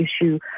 issue